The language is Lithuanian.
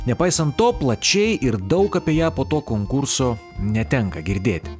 nepaisant to plačiai ir daug apie ją po to konkurso netenka girdėti